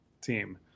team